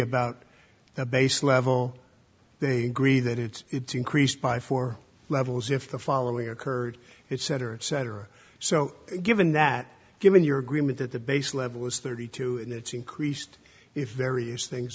about the base level they agree that it's increased by four levels if the following occurred it cetera et cetera so given that given your agreement that the base level is thirty two and it's increased if various things